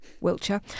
Wiltshire